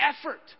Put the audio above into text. effort